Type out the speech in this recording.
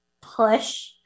push